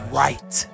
right